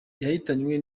yahitanywe